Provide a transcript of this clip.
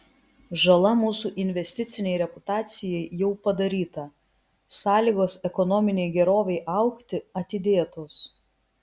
žala mūsų investicinei reputacijai jau padaryta sąlygos ekonominei gerovei augti atidėtos